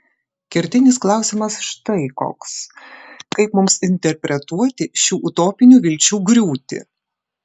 kertinis klausimas štai koks kaip mums interpretuoti šių utopinių vilčių griūtį